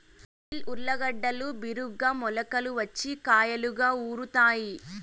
Apple ఊర్లగడ్డలు బిరిగ్గా మొలకలు వచ్చి కాయలుగా ఊరుతాయి